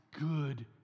good